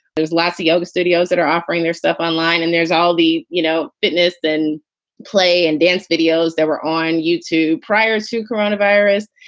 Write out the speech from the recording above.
there's lassi yoga studios that are offering their stuff online and there's all the, you know, fitness in play and dance videos that were on youtube prior to coronavirus.